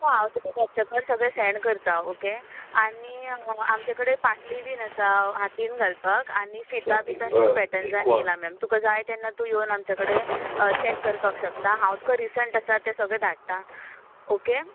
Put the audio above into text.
हय हांव तुका वॉट्सएपार सगळे सँड करता ओके आनी आमचे कडेन पाटली बीन आसा हातीक घालपाक आनी फितां बितां नीव पॅटंसान येयला मॅम तुका जाय तेन्ना तूं येवन आमचे कडेन चॅक करपाक शकता हांव तुका रिसंट आसा तें सगळे धाडटा ओके